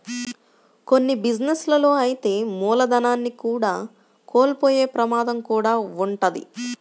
కొన్ని బిజినెస్ లలో అయితే మూలధనాన్ని కూడా కోల్పోయే ప్రమాదం కూడా వుంటది